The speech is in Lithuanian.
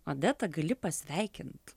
odeta gali pasveikint